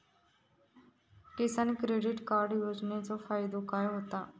किसान credit card योजनेचो फायदो काय होता?